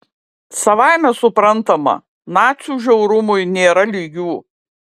savaime suprantama nacių žiaurumui nėra lygių